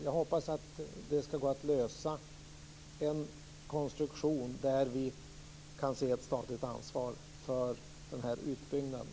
Jag hoppas att det skall gå att lösa och att vi får en konstruktion där vi kan se ett statligt ansvar för den här utbyggnaden.